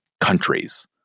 countries